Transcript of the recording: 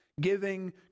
Giving